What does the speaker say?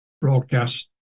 broadcast